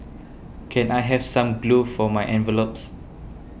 can I have some glue for my envelopes